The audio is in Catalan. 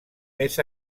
més